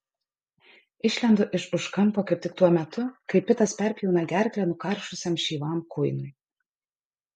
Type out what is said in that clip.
išlendu iš už kampo kaip tik tuo metu kai pitas perpjauna gerklę nukaršusiam šyvam kuinui